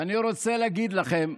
ואני רוצה להגיד לכם,